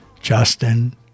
Justin